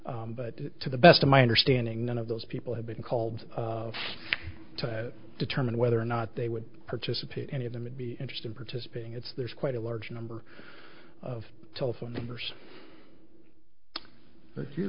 today but to the best of my understanding none of those people have been called to determine whether or not they would participate any of them would be interested in participating it's there's quite a large number of telephone numbers you